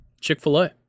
Chick-fil-A